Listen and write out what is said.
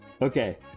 Okay